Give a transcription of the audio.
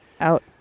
out